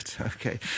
Okay